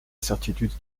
certitude